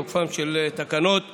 הארכת תוקפם של תקנות וחוקים.